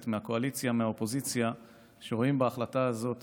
מהקואליציה ומהאופוזיציה שרואים בהחלטה הזאת